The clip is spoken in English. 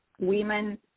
women